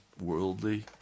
worldly